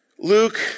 Luke